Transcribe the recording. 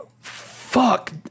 fuck